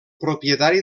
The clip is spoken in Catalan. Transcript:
propietari